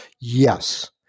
Yes